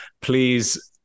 please